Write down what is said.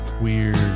weird